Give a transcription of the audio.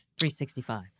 365